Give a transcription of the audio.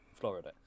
Florida